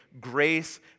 Grace